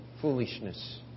foolishness